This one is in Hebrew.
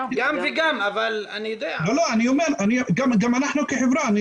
גם וגם, אני יודע, אבל --- לא, גם אנחנו כחברה.